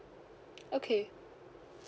okay